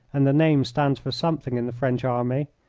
and the name stands for something in the french army.